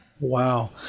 Wow